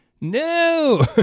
No